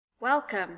Welcome